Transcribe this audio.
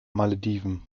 malediven